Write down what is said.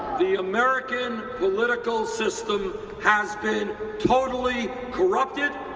the american political system has been totally corrupted,